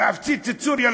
להפציץ את סוריה,